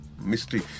mystery